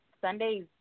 Sundays